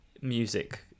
music